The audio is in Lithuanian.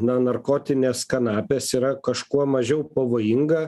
na narkotinės kanapės yra kažkuo mažiau pavojinga